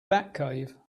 batcave